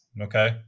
Okay